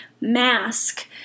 mask